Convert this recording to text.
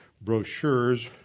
brochures